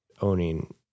owning